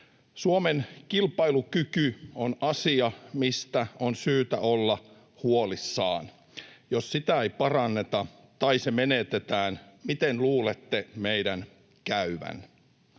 Suomen kilpailukyky on asia, mistä on syytä olla huolissaan. Jos sitä ei paranneta tai se menetetään, miten luulette meidän käyvän?